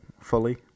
fully